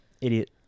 idiot